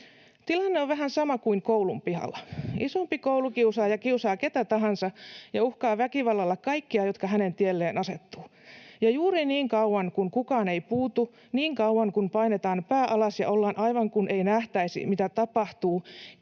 Tilanne on vähän sama kuin koulun pihalla: isompi koulukiusaaja kiusaa ketä tahansa ja uhkaa väkivallalla kaikkia, jotka hänen tielleen asettuvat, ja juuri niin kauan kun kukaan ei puutu, niin kauan kun painetaan pää alas ja ollaan aivan kuin ei nähtäisi, mitä tapahtuu,